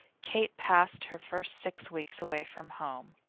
kate passed her first six weeks away from home.